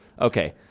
Okay